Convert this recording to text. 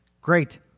Great